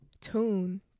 Tune